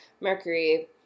Mercury